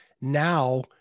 now